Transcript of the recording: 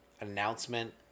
announcement